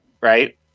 Right